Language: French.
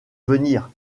venir